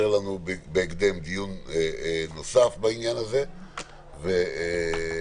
לאשר לנו דיון מסודר נוסף בנושא התו הירוק.